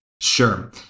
Sure